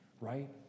right